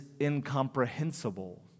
incomprehensible